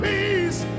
Peace